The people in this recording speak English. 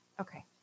Okay